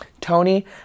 Tony